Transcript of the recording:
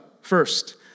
first